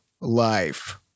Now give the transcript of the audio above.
life